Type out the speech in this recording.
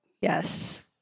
Yes